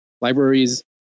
libraries